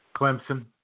Clemson